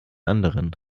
anderen